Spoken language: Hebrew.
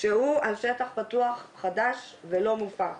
שהוא על שטח פתוח חדש ולא מוסלל,